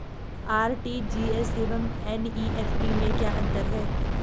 RTGS एवं NEFT में क्या अंतर है?